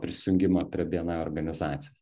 prisijungimą prie bni organizacijos